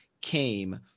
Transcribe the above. came